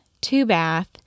two-bath